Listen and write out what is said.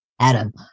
Adam